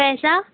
पैसा